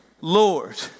Lord